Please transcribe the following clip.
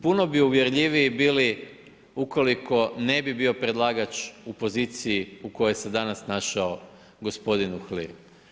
Puno bi uvjerljiviji bili ukoliko ne bi bio predlagač u poziciji u kojoj se danas našao gospodin Uhlir.